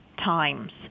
times